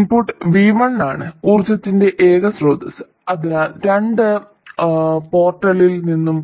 input v1 ആണ് ഊർജ്ജത്തിന്റെ ഏക സ്രോതസ്സ് അതിനാൽ രണ്ട് പോർട്ടിൽ നിന്നും